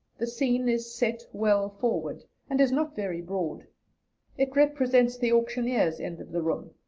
the scene is set well forward, and is not very broad it represents the auctioneer's end of the room,